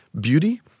beauty